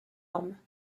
norme